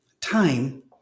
time